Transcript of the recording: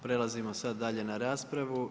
Prelazimo sad dalje na raspravu.